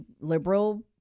liberal